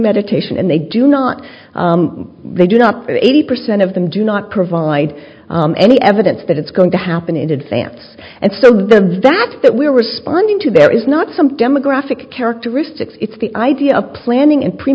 meditation and they do not they do not the eighty percent of them do not provide any evidence that it's going to happen in advance and so the that that we're responding to there is not some demographic characteristics it's the idea of planning and